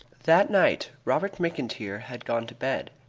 that night robert mcintyre had gone to bed,